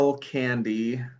Candy